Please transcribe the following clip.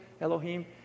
elohim